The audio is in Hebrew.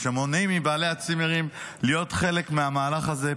כשמונעים מבעלי הצימרים להיות חלק מהמהלך הזה,